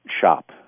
shop